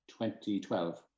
2012